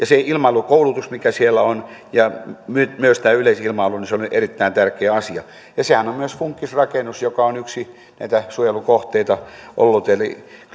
se ilmailukoulutus mikä siellä on ja myös tämä yleisilmailu on erittäin tärkeä asia sehän on myös funkkisrakennus joka on yksi näitä suojelukohteita ollut eli kyllä